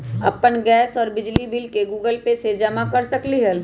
अपन गैस और बिजली के बिल गूगल पे से जमा कर सकलीहल?